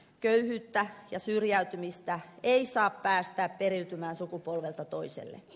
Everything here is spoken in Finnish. köyhyyttä ja syrjäytymistä ei saa päästää periytymään sukupolvelta toiselle